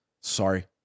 Sorry